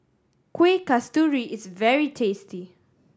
Kuih Kasturi is very tasty